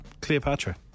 Cleopatra